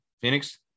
Phoenix